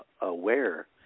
aware